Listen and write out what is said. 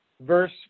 verse